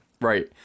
Right